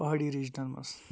پہٲڑی ریٖجنَن مَنٛز